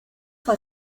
fue